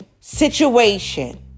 situation